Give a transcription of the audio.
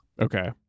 okay